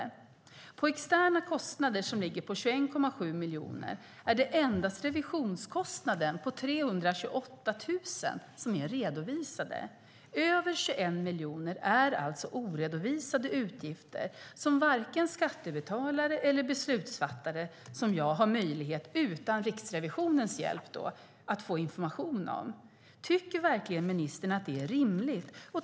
När det gäller externa kostnader, som ligger på 21,7 miljoner, är det endast revisionskostnaden på 328 000 som är redovisade. Över 21 miljoner är alltså oredovisade utgifter som varken skattebetalare eller beslutsfattare som jag har möjlighet att få information om utan Riksrevisionens hjälp. Tycker verkligen ministern att det är rimligt?